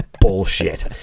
bullshit